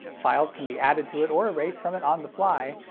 files can be added to it or erased from it on the fly,